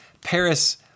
Paris